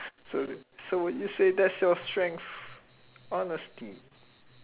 so so would you say that's your strength honesty